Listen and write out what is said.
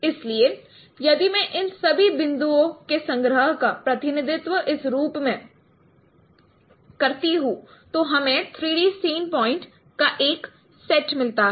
इसलिए यदि मैं इन सभी बिंदुओं के संग्रह का प्रतिनिधित्व इस रूप में करता हूँ तो हमें 3 डी सीन पॉइंट का एक सेट मिलता है